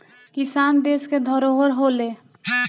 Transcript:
किसान देस के धरोहर होलें